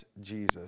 Jesus